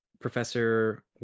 Professor